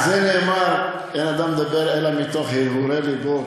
על זה נאמר, אין אדם מדבר אלא מתוך הרהורי לבו.